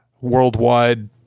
worldwide